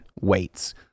weights